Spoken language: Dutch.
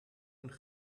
een